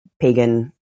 pagan